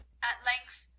at length,